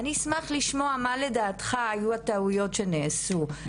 אני אשמח לשמוע מה לדעתך היו הטעויות שנעשו,